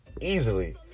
easily